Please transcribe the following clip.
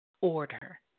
order